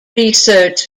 research